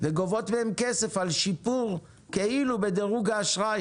וגובות מהם כסף על כאילו שיפור בדירוג האשראי